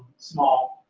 small.